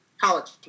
College